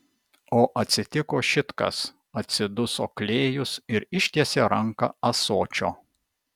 o atsitiko šit kas atsiduso klėjus ir ištiesė ranką ąsočio